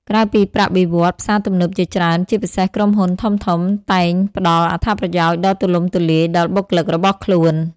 ក្រៅពីប្រាក់បៀវត្សរ៍ ផ្សារទំនើបជាច្រើន ជាពិសេសក្រុមហ៊ុនធំៗ តែងផ្ដល់អត្ថប្រយោជន៍ដ៏ទូលំទូលាយដល់បុគ្គលិករបស់ខ្លួន។